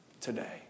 today